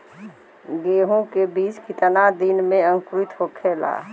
गेहूँ के बिज कितना दिन में अंकुरित होखेला?